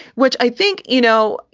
which i think, you know,